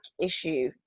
issue